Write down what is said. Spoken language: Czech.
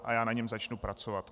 A já na něm začnu pracovat.